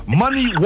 money